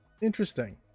interesting